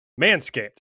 Manscaped